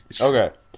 Okay